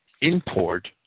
import